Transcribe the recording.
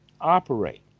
operate